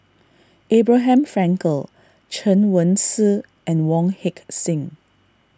Abraham Frankel Chen Wen Hsi and Wong Heck Sing